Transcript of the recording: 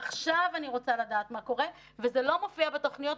עכשיו אני רוצה לדעת מה קורה וזה לא מופיע בתוכניות,